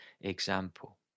example